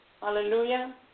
Hallelujah